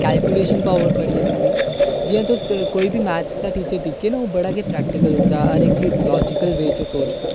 calculation power बड़ी आई जंदी जि'यां तुस कोई बी मैथ्स दा टीचर दिक्खगे कदें बड़ा गै प्रैक्टिकल होंदा ते हर इक चीज लाजिकल वे च सोचदा